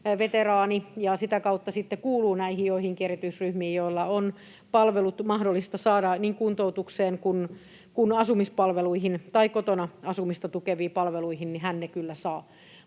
sitä kautta sitten kuuluu näihin joihinkin erityisryhmiin, joiden on mahdollista saada palveluita — niin kuntoutusta kuin asumispalveluita tai kotona asumista tukevia palveluita — niin hän ne kyllä saa.